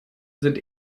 sind